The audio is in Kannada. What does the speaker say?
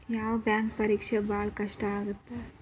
ಯಾವ್ ಬ್ಯಾಂಕ್ ಪರೇಕ್ಷೆ ಭಾಳ್ ಕಷ್ಟ ಆಗತ್ತಾ?